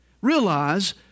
Realize